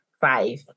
five